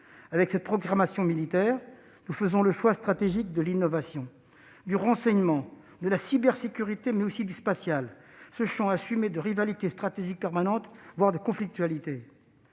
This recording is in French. Avec cette programmation militaire, nous faisons le choix stratégique de l'innovation, du renseignement, de la cybersécurité, mais aussi du spatial, ce champ « assumé de rivalité stratégique permanente, voire de conflictualité